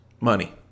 money